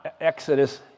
Exodus